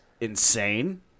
insane